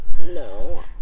no